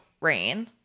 rain